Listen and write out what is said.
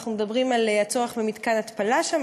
אנחנו מדברים על הצורך במתקן התפלה שם,